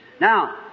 Now